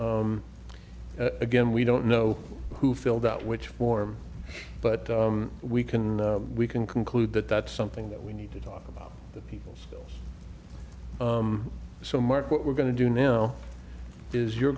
in again we don't know who filled out which form but we can we can conclude that that's something that we need to talk about the people's bills so mark what we're going to do now is you're